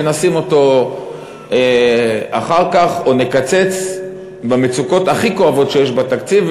ונשים אותו אחר כך או נקצץ במצוקות הכי כואבות שיש בתקציב.